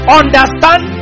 understand